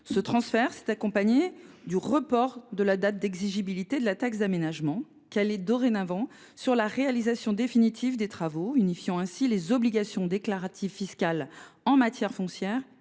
Ce transfert s’est accompagné du report de la date d’exigibilité de la taxe d’aménagement, calée dorénavant sur la réalisation définitive des travaux, ce qui permet d’unifier les obligations déclaratives fiscales en matière foncière